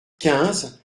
quinze